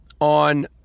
on